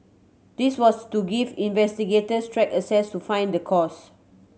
this was to give investigators track access to find the cause